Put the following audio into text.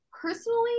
personally